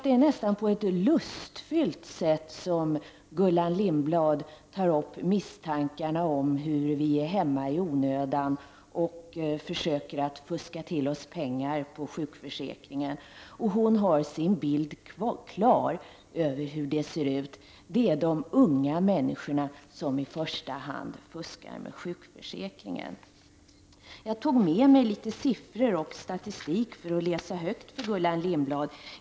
Det är nästan på ett lustfyllt sätt som Gullan Lindblad diskuterar misstankarna att vi är hemma i onödan och försöker så att säga fuska till oss pengar från sjukförsäkringen. Hon har sin bild klar av hur det ser ut: det är i första hand de unga människorna som fuskar med sjukförsäkringen. Jag har tagit med mig litet statistik, så jag kan läsa högt för Gullan Lindblad.